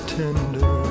tender